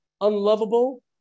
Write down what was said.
unlovable